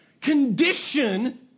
condition